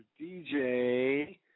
DJ